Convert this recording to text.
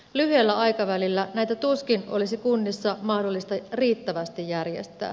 lyhyellä aikavälillä näitä tuskin olisi kunnissa mahdollista riittävästi järjestää